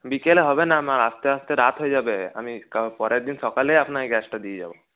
বিকেলে হবে না আমার আসতে আসতে রাত হয়ে যাবে আমি পরের দিন সকালে আপনাকে গ্যাসটা দিয়ে যাব